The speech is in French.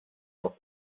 dans